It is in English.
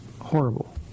horrible